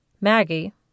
Maggie